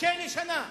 לכלא לשנה.